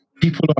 people